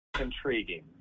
intriguing